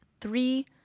three